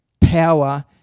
power